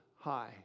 High